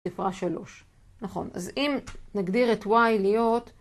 נכון אז אם נגדיר את y להיות